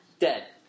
dead